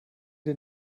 den